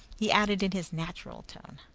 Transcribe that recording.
he added in his natural tone,